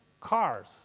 cars